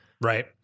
Right